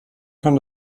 kann